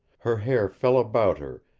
her hair fell about her,